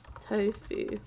Tofu